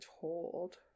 told